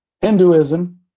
Hinduism